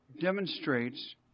demonstrates